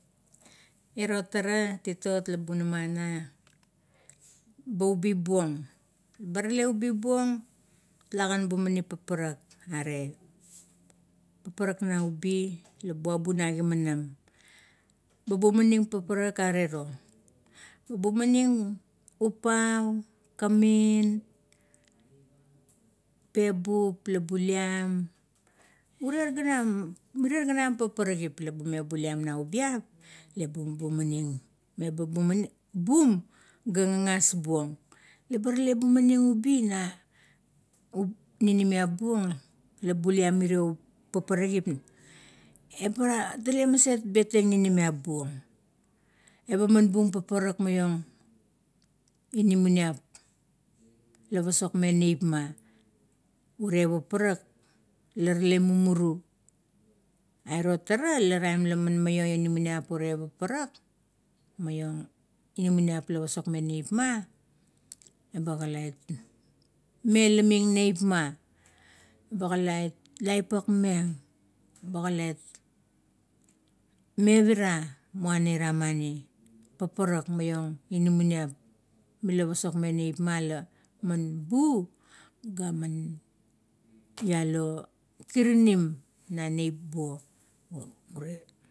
Iro tara titot la bunama ana ba ubibuong, ba rale, ubibuong baralagan bumaning parak. Are parakmeng ubi la maiabu na gimanam. Ba umaning parak gare ro, ba bumaning upau, kamin, pepup la buliam. Mirie ganam, mirie ganam paparakgip lamime buliam na ubi. Meba bumanim, meba bum gagal buong. Laba rale bumaning ubi ninimiap buong la buliam, mirie pagaragip leba tele maset beteng ninimiap buong. Eba man bung paparakmaiong inamaniap la pasokmeng neipma, ure paparak la rale mumuru. Airo tara, taim laman naio inamaniap ure paparap maiong inamaniap mala pasok meng neipman. Ba ga lait melaming neipma, ba laipakmeng ba ga lait mevar; muana iramani? Paparak maiong inamanip, mila pasokmeng neipma, lamanbu ga, ialo kirinim na neip buo.